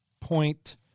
point